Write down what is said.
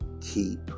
keep